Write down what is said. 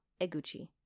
Eguchi